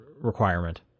requirement